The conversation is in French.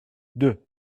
deux